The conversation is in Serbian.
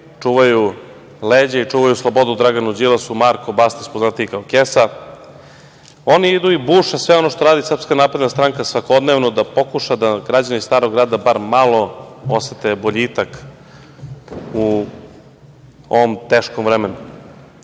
čuvaju leđa i koji čuvaju slobodu Draganu Đilasu, Marko Bastać, poznatiji kao „kesa“.Oni idu i buše sve ono što radi SNS svakodnevno da pokuša da građani Starog grada bar malo osete boljitak u ovom teškom vremenu. Ja